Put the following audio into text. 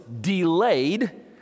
delayed